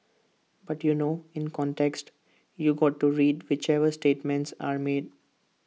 but you know in context you got to read whichever statements are made